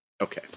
Okay